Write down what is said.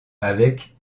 avec